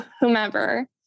whomever